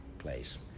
place